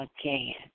again